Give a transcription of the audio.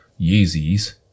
Yeezys